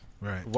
Right